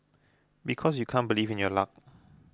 because you can't believe in your luck